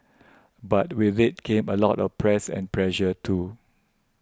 but with it came a lot of press and pressure too